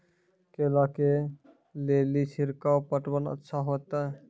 केला के ले ली छिड़काव पटवन अच्छा होते?